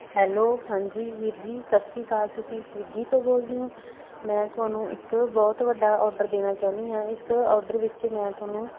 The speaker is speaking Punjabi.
ਹੈਲੋ ਹਾਂਜੀ ਵੀਰ ਜੀ ਸਤਿ ਸ਼੍ਰੀ ਅਕਾਲ ਤੁਸੀਂ ਸਵਿੱਗੀ ਤੋਂ ਬੋਲਦੇ ਹੋ ਮੈਂ ਤੁਹਾਨੂੰ ਇੱਕ ਬਹੁਤ ਵੱਡਾ ਓਡਰ ਦੇਣਾ ਚਾਹੁੰਦੀ ਹਾਂ ਇਸ ਓਡਰ ਵਿੱਚ ਮੈਂ ਤੁਹਾਨੂੰ